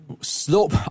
Slope